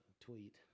tweet